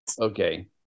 Okay